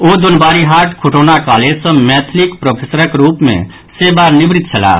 ओ Donwari Haat Khutauna college सँ मैथिलिक प्रोफेसरक रूप मे सेवा निवृत छलाह